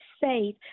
safe